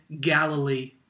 Galilee